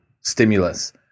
stimulus